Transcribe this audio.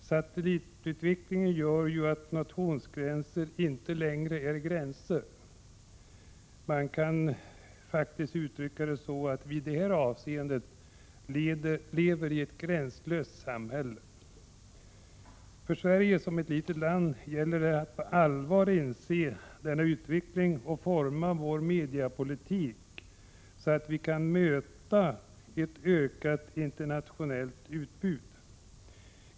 Satellitutvecklingen gör ju att nationsgränser inte längre är gränser. Man kan faktiskt uttrycka det så, att vi i det här avseendet lever i ett ”gränslöst” samhälle. För Sverige som ett litet land gäller det att på allvar inse denna utveckling och forma vår mediapolitik för att möta ett ökat internationellt utbud.